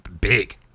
big